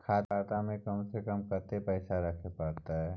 खाता में कम से कम कत्ते पैसा रखे परतै?